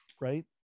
right